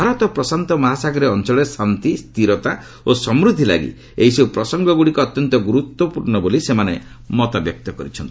ଭାରତ ପ୍ରଶାନ୍ତ ମହାସାଗରୀୟ ଅଞ୍ଚଳରେ ଶାନ୍ତି ସ୍ଥିରତା ଓ ସମୃଦ୍ଧି ଲାଗି ଏହିସବୁ ପ୍ରସଙ୍ଗଗୁଡ଼ିକ ଅତ୍ୟନ୍ତ ଗୁରୁତ୍ୱପୂର୍ଣ୍ଣ ବୋଲି ସେମାନେ ମତବ୍ୟକ୍ତ କରିଛନ୍ତି